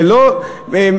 זה לא הסיבה,